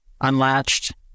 Unlatched